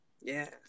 Yes